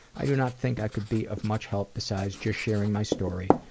i do not think i could be of much help, besides just sharing my story